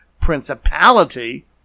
principality